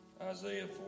Isaiah